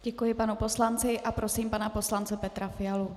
Děkuji panu poslanci a prosím pana poslance Petra Fialu.